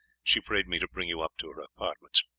she prayed me to bring you up to her apartments.